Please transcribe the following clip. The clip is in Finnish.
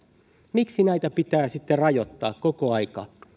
miksi näitä pitää sitten rajoittaa koko ajan